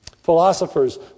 Philosophers